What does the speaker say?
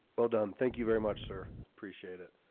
well done. thank you very much, sir. appreciate it